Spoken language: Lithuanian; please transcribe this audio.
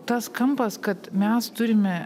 tas kampas kad mes turime